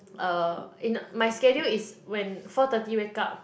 uh in my schedule is when four thirty wake up